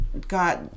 got